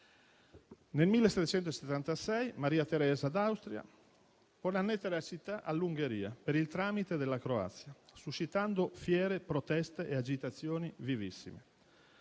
Nel 1776 Maria Teresa d'Austria volle annettere la città all'Ungheria per il tramite della Croazia, suscitando fiere proteste e agitazioni vivissime.